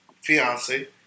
fiance